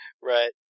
Right